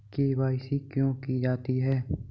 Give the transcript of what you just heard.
KYC क्यों की जाती है?